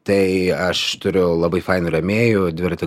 tai aš turiu labai fainų rėmėjų dviratį